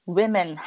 women